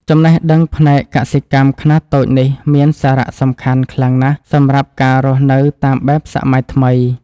ចំណេះដឹងផ្នែកកសិកម្មខ្នាតតូចនេះមានសារៈសំខាន់ខ្លាំងណាស់សម្រាប់ការរស់នៅតាមបែបសម័យថ្មី។